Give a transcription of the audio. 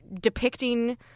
depicting